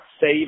Save